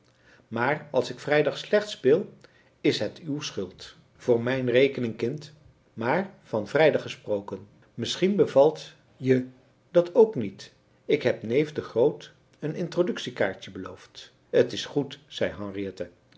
maar als ik vrijdag slecht speel is het uw schuld voor mijn rekening kind maar van vrijdag gesproken misschien bevalt je dat k niet ik heb neef de groot een introductiekaartje beloofd t is goed zei